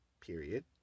Period